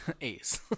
Ace